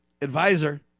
advisor